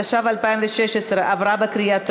התשע"ו 2016, עברה בקריאה טרומית,